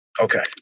Okay